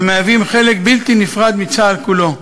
שהם חלק בלתי נפרד מצה"ל כולו.